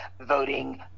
voting